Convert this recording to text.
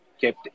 kept